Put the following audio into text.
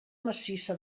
massissa